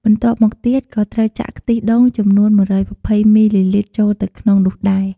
បន្ទាប់មកទៀតក៏ត្រូវចាក់ខ្ទិះដូងចំនួន ១២០ មីលីលីត្រចូលទៅក្នុងនោះដែរ។